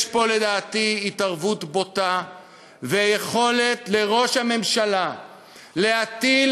יש פה לדעתי התערבות בוטה ויכולת לראש הממשלה להטיל